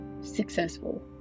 successful